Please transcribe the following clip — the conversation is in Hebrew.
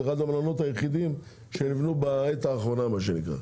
זה אחד המלונות היחידים שנבנו בעת האחרונה מה שנקרא.